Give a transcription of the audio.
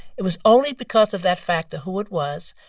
it was only because of that factor, who it was.